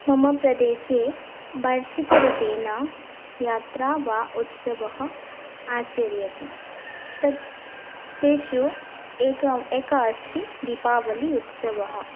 मम प्रदेशे वार्षिकरूपेण यात्रा वा उत्सवः आचर्यते तत् तेषु एकम् एकः अस्ति दीपावलि उत्सवः